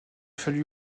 fallu